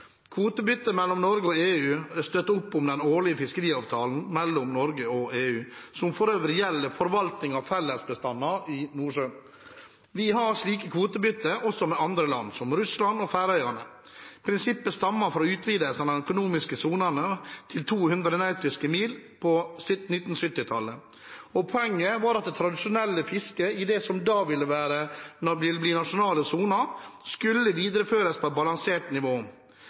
mellom Norge og EU støtter opp om den årlige fiskeriavtalen mellom Norge og EU, som for øvrig gjelder forvaltning av fellesbestander i Nordsjøen. Vi har slike kvotebytter også med andre land, som Russland og Færøyene. Prinsippet stammer fra utvidelsen av den økonomiske sonen til 200 nautiske mil på 1970-tallet, og poenget var at det tradisjonelle fisket i det som da ville bli den nasjonale sonen, skulle videreføres på et balansert nivå.